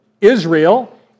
Israel